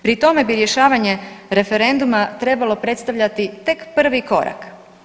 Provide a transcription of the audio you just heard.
Pri tome bi rješavanje referenduma trebalo predstavljati tek prvi korak.